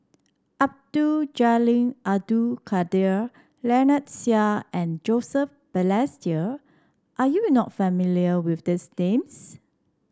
Abdul Jalil Abdul Kadir Lynnette Seah and Joseph Balestier are you not familiar with these names